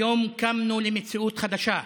קמנו למציאות חדשה: